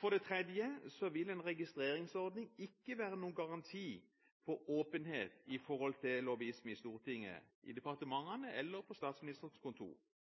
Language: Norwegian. For det tredje vil en registreringsordning ikke være noen garanti for åpenhet om lobbyisme i Stortinget, i departementene eller på Statsministerens kontor.